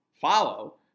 follow